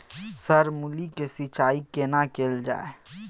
Sir मूली के सिंचाई केना कैल जाए?